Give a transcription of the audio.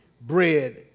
bread